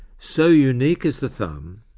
so unique is the thumb,